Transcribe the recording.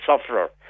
sufferer